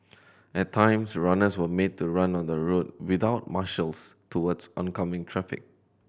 at times runners were made to run on the road without marshals towards oncoming traffic